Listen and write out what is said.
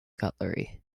cutlery